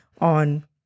on